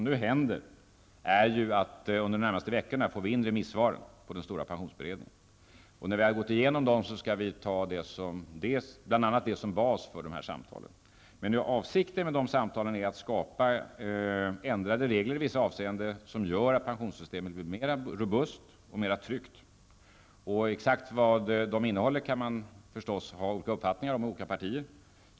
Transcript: Under de närmaste veckorna kommer vi att få in remissvaren med anledning av den stora pensionsberedningen. När vi har gått igenom remissvaren skall bl.a. de tas till bas för dessa samtal. Men avsikten med samtalen är att skapa ändrade regler i vissa avseenden som gör att pensionssystemet blir mer robust och tryggt. Exakt vad samtalen kommer att innehålla kan de olika partierna förstås ha olika uppfattningar om.